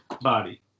body